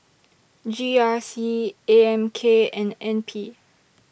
G R C A M K and N P